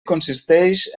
consisteix